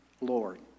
Lord